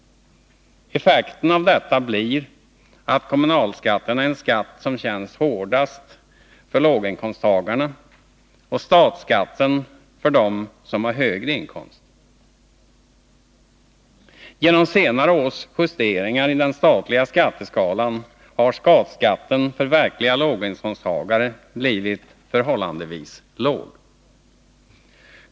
Effekten av detta blir att kommunalskatten är en skatt som känns hårdast för låginkomsttagarna, medan statsskatten känns hårdast för dem som har högre inkomster. Genom senare års justeringar i den statliga skatteskalan har statsskatten för verkliga låginkomsttagare blivit förhållandevis låg.